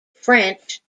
french